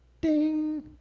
Ding